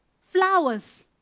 flowers